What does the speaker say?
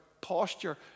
posture